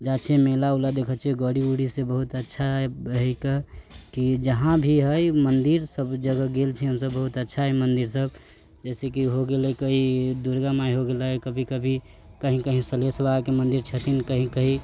जाइ छियै मेला उला देखै छियै गाड़ी उड़ीसँ बहुत अच्छा रइैके की जहाँ भी हइ मन्दिर सब जगह गेल छी हमसब बहुत अच्छा है मन्दिर सब जैसेकि हो गेलै कोइ दुर्गा माय हो गेलै कभी कभी कहीं कहीं सल्हेस बाबाके मन्दिर छथिन कहीं कहीं